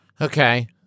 Okay